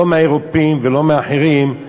לא מהאירופים ולא מהאחרים,